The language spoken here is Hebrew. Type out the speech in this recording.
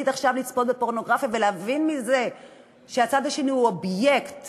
עכשיו לצפות בפורנוגרפיה ולהבין מזה שהצד השני הוא אובייקט